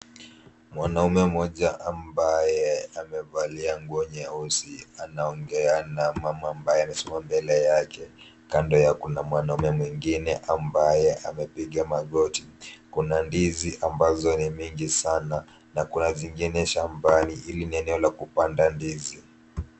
Mwanaume mmoja ambaye amevalia nguo nyeusi anaongea na mama ambaye amesimama mbele yake. Kando nyake kuna mwanaume mwingine ambaye amepiga magoti. Kuna ndizi ambazo ni mingi sana na kuna zingine shambani. Hili ni eneo la kupanda ndizi.